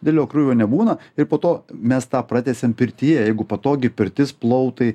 didelio krūvio nebūna ir po to mes tą pratęsiam pirtyje jeigu patogi pirtis plautai